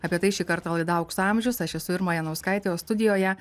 apie tai šį kartą laida aukso amžius aš esu irma janauskaitė o studijoje